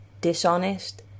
dishonest